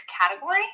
category